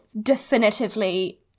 definitively